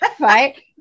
Right